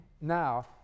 Now